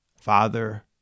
father